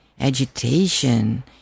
agitation